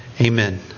Amen